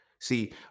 See